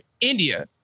India